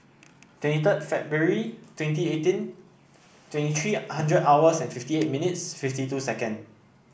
twenty third February twenty eighteen twenty three hundred hours and fifty eight minutes fifty two seconds